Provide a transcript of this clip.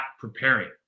preparing